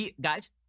guys